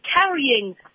carrying